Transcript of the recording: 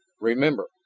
Remember